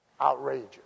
outrageous